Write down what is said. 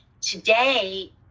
today